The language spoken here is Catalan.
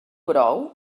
brou